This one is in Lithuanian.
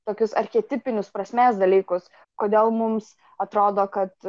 tokius archetipinius prasmės dalykus kodėl mums atrodo kad